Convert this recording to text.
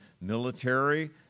military